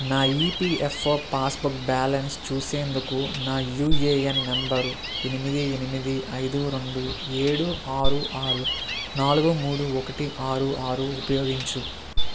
నా EPFO pass book balance చూసేందుకు నా యూఏఎన్ నంబరు ఎనిమిది ఎనిమిది ఐదు రెండు ఏడు ఆరు ఆరు నాలుగు మూడు ఒకటి ఆరు ఆరు ఉపయోగించు